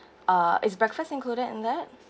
uh is breakfast included in that